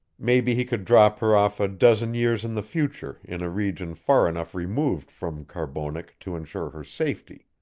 maybe he could drop her off a dozen years in the future in a region far enough removed from carbonek to ensure her safety.